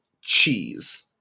cheese